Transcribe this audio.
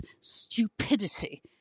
stupidity